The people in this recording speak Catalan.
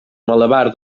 malabar